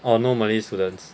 oh no malay students